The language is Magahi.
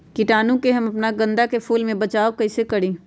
कीटाणु से हम अपना गेंदा फूल के बचाओ कई से करी?